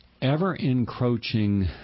ever-encroaching